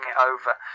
over